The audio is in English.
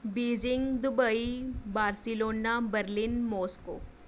Beijing Dubai Barcelona Berlin Moscow